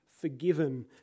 forgiven